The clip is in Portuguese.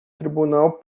tribunal